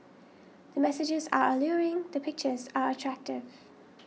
the messages are alluring the pictures are attractive